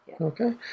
Okay